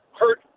hurt